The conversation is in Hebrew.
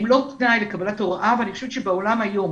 הם לא תנאי לקבלת תעודת הוראה ואני חושבת שבעולם היום